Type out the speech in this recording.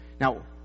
Now